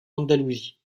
andalousie